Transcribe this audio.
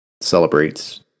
celebrates